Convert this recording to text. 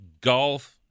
golf